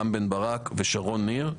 רם בן ברק ושרון ניר.